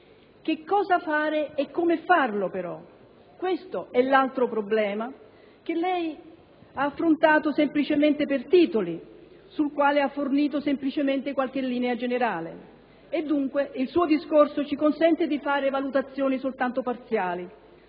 Che cosa fare e come farlo, però? Questo è l'altro problema che lei ha affrontato semplicemente per titoli, sul quale ha fornito semplicemente qualche linea generale e dunque il suo discorso ci consente di fare valutazioni soltanto parziali.